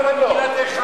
השעה מאוחרת,